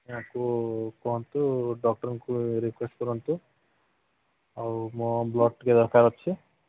ଏହାକୁ କୁହନ୍ତୁ ଡକ୍ଟରଙ୍କୁ ରିକୁଏଷ୍ଟ କରନ୍ତୁ ଆଉ ମୋର ବ୍ଲଡ୍ ଟିକେ ଦରକାର ଅଛି